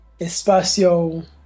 Espacio